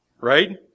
Right